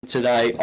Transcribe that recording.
Today